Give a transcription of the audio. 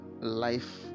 life